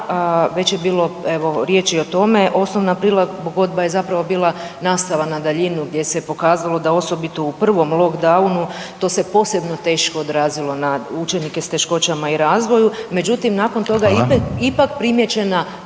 već je bilo evo riječi i o tome osnovna prilagodba je zapravo bila nastava na daljinu gdje se pokazalo da osobito u prvom lockdownu to se posebno teško odrazilo na učenike s teškoćama u razvoju. Međutim, nakon toga je ipak primijećena